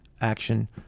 Action